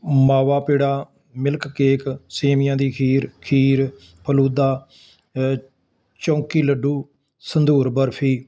ਮਾਵਾ ਪੇੜਾ milk cake ਸੇਵੀਆਂ ਦੀ ਖੀਰ ਖੀਰ ਫਲੂਦਾ ਚੌਂਕੀ ਲੱਡੂ ਸੰਧੂਰ ਬਰਫ਼ੀ